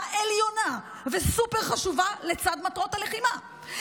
עליונה וסופר-חשובה לצד מטרות הלחימה,